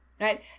right